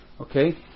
Okay